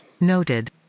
Noted